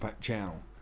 channel